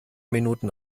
minuten